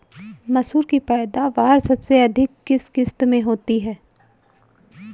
मसूर की पैदावार सबसे अधिक किस किश्त में होती है?